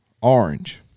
orange